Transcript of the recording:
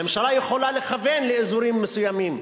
הממשלה יכולה לכוון לאזורים מסוימים.